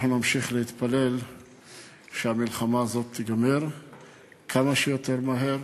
אנחנו נמשיך להתפלל שהמלחמה הזאת תיגמר כמה שיותר מהר